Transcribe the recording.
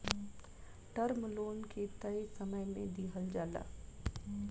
term loan के तय समय में दिहल जाला